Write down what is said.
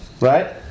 right